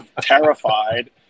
terrified